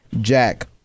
Jack